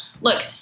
look